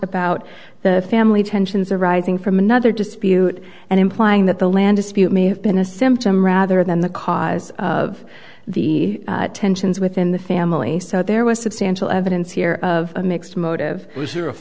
about the family tensions are rising from another dispute and implying that the land dispute may have been a symptom rather than the cause of the tensions within the family so there was substantial evidence here of a mixed motive